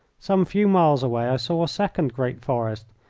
some few miles away i saw a second great forest,